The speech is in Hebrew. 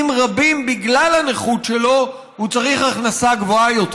רבים בגלל הנכות שלו הוא צריך הכנסה גבוהה יותר.